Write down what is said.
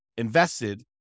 invested